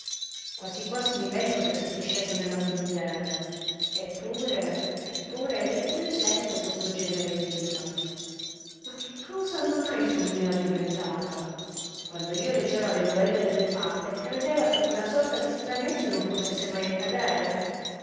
quasi quasi mi pento d'esser discesa nella conigliera eppure eppure lè curiosetto questo genere di vita ma che cosa mai son'io addiventata quando io leggeva le novelle delle fate credeva che quella sorta di stranezze non potesse mai accadere